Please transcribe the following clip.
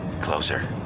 closer